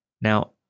Now